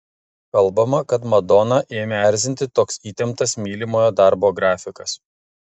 kalbama kad madoną ėmė erzinti toks įtemptas mylimojo darbo grafikas